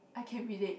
I can relate